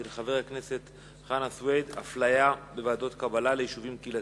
של חבר הכנסת חנא סוייד: אפליה בוועדות הקבלה ליישובים קהילתיים.